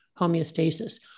homeostasis